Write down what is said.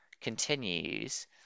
continues